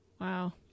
wow